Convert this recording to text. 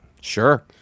sure